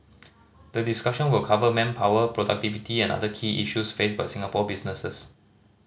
the discussion will cover manpower productivity and other key issues faced by Singapore businesses